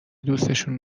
دوسشون